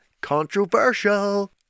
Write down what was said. controversial